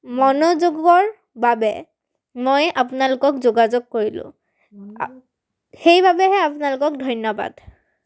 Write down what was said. মনোযোগৰ বাবে মই আপোনালোকক যোগাযোগ কৰিলোঁ সেইবাবেহে আপোনালোকক ধন্যবাদ